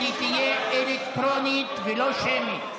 ולפי בקשת הליכוד היא תהיה אלקטרונית ולא שמית.